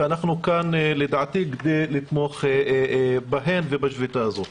אנחנו כאן, לדעתי, לתמוך בהם ובשביתה הזאת.